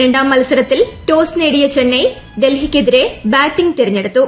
രണ്ടാം മൃത്സൂരത്തിൽ ടോസ് നേടിയ ചെന്നൈ ഡൽഹിളക്ക്തിരെ ബാറ്റിങ് തെരഞ്ഞെടുത്തു